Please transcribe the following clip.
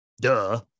duh